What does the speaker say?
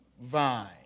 vine